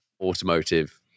automotive